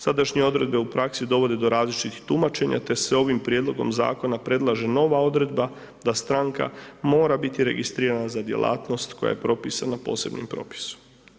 Sadašnje odredbe u praksi dovode do različitih tumačenja, te se ovim Prijedlogom zakona predlaže nova odredba da stranka mora biti registrirana za djelatnost koja je propisana Posebnim propisu.